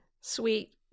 sweet